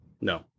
No